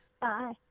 Bye